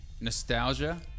nostalgia